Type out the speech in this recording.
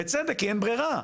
בצדק, כי אין ברירה.